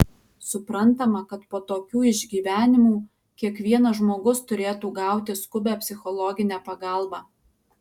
suprantama kad po tokių išgyvenimų kiekvienas žmogus turėtų gauti skubią psichologinę pagalbą